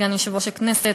סגן יושב-ראש הכנסת,